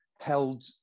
held